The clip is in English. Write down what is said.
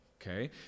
okay